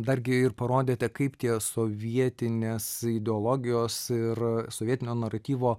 dargi ir parodėte kaip tie sovietinės ideologijos ir sovietinio naratyvo